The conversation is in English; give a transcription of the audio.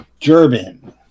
German